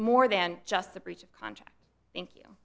more than just the breach of contract thank you